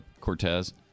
Cortez